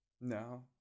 no